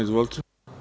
Izvolite.